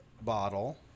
bottle